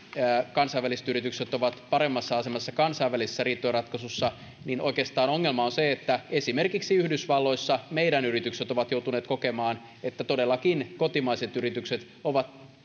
kansainväliset yritykset ovat paremmassa asemassa kansainvälisessä riitojenratkaisussa niin oikeastaan ongelma on se että esimerkiksi yhdysvalloissa meidän yritykset ovat joutuneet kokemaan että todellakin kotimaiset yritykset ovat